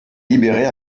libérée